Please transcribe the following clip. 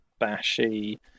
Bashy